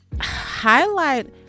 highlight